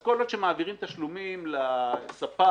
אז כל עוד שמעבירים תשלומים לספר,